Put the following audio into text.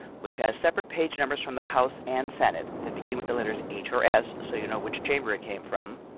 which has separate page numbers from the house and senate, that begin with the letters h or s, so you know which chamber it came from,